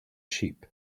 sheep